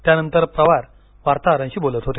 त्यानंतर पवार वार्ताहरांशी बोलत होते